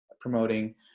promoting